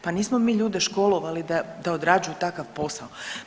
Pa nismo mi ljude školovali da odrađuju takav posao.